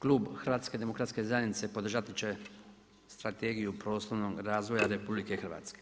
Klub HDZ-a podržati će strategija prostornog razvoja RH.